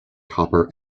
copper